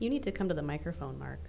you need to come to the microphone mark